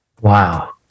wow